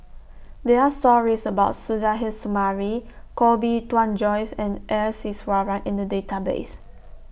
There Are stories about Suzairhe Sumari Koh Bee Tuan Joyce and S Iswaran in The Database